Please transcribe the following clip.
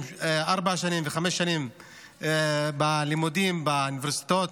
ארבע וחמש שנים בלימודים באוניברסיטאות,